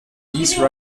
these